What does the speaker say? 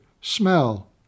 smell